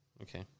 Okay